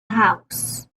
house